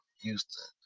Houston